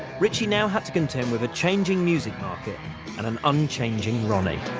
ritchie now had to contend with a changing music market and an unchanging ronnie.